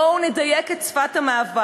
בואו נדייק את שפת המאבק.